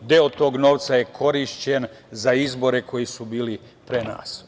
Deo tog novca je korišćen za izbore koji su bili pre nas.